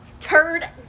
turd